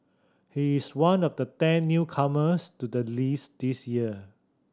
he is one of the ten newcomers to the list this year